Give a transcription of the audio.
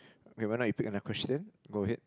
okay why not you pick another question go ahead